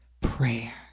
prayer